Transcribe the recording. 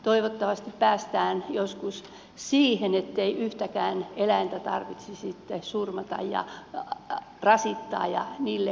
toivottavasti päästään joskus siihen ettei yhtäkään eläintä tarvitsisi surmata ja rasittaa ja niille kärsimystä tuottaa